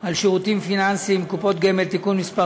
על שירותים פיננסיים (קופות גמל) (תיקון מס'